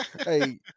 hey